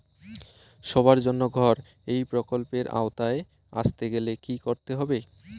সবার জন্য ঘর এই প্রকল্পের আওতায় আসতে গেলে কি করতে হবে?